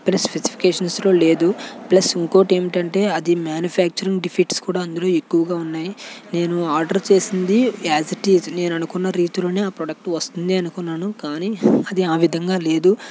plus స్పెసిఫికేషన్లో లేదు plus ఇంకొకటి ఏమిటంటే అది మ్యానుఫ్యాక్చరింగ్ డిఫీట్స్ కూడా అందులో ఎక్కువగా ఉన్నాయి నేను ఆర్డర్ చేసింది యాస్ ఇట్ ఈజ్ నేను అనుకున్న నీతి లోని ఆ ప్రోడక్ట్ వస్తుందని అనుకున్నాను కానీ అది ఆ విధంగా లేదు